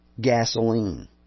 Gasoline